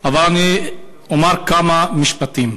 אבל אני אומר כמה משפטים.